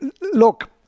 look